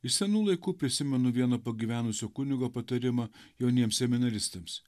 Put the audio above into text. iš senų laikų prisimenu vieną pagyvenusio kunigo patarimą jauniem seminaristams